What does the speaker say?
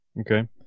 Okay